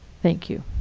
thank you.